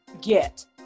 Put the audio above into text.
get